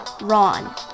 Ron